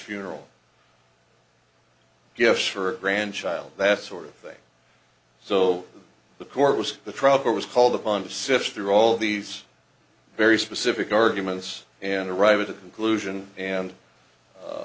funeral gifts for a grandchild that sort of thing so the court was the trouble was called upon to sift through all these very specific arguments and a